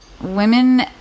women